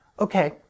Okay